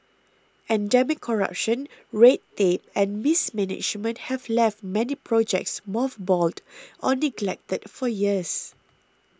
endemic corruption red tape and mismanagement have left many projects mothballed or neglected for years